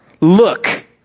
Look